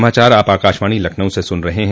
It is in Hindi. यह समाचार आप आकाशवाणी लखनऊ से सुन रहे हैं